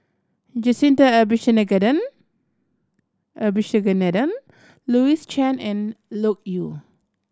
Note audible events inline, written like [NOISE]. Jacintha [UNINTELLIGIBLE] Abisheganaden Louis Chen and Loke Yew